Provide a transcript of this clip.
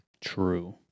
True